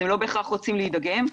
הם לא בהכרח רוצים להידגם,